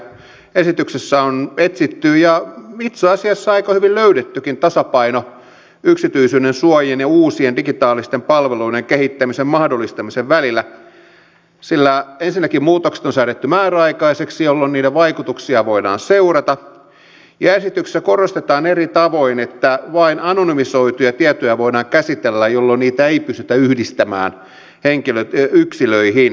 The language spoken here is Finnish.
esityksessä on etsitty ja itse asiassa aika hyvin löydettykin tasapaino yksityisyydensuojan ja uusien digitaalisten palveluiden kehittämisen mahdollistamisen välillä sillä ensinnäkin muutokset on säädetty määräaikaisiksi jolloin niiden vaikutuksia voidaan seurata ja esityksessä korostetaan eri tavoin että vain anonymisoituja tietoja voidaan käsitellä jolloin niitä ei pystytä yhdistämään yksilöihin